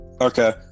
okay